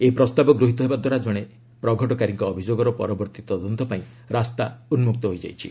ଏହି ପ୍ରସ୍ତାବ ଗୃହୀତ ହେବା ଦ୍ୱାରା କଣେ ପ୍ରଘଟକାରୀଙ୍କ ଅଭିଯୋଗର ପରବର୍ତ୍ତୀ ତଦନ୍ତ ପାଇଁ ରାସ୍ତା ଉନ୍ନୁକ୍ତ ହୋଇଯାଇଛି